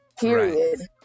period